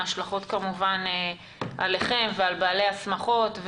כמובן עם ההשלכות עליכם ועל בעלי השמחות.